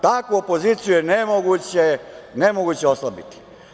Takvu opoziciju je nemoguće oslabiti.